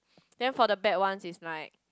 then for the bad one it's like